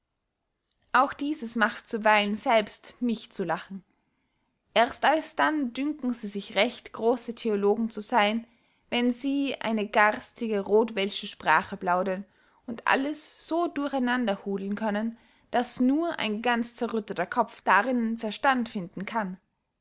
auch dieses macht zuweilen selbst mich zu lachen erst alsdann dünken sie sich recht grosse theologen zu seyn wenn sie eine garstige rothwelsche sprache plaudern und alles so durch einander hudeln können daß nur ein ganz zerrütteter kopf darinnen verstand finden kann